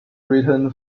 written